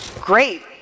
Great